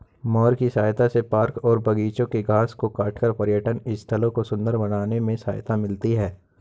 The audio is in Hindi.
मोअर की सहायता से पार्क और बागिचों के घास को काटकर पर्यटन स्थलों को सुन्दर बनाने में सहायता मिलती है